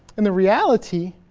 and the reality.